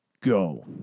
go